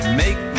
make